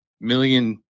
million